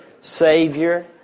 Savior